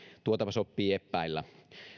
tuotapa soppii eppäillä